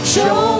Show